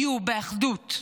באחדות.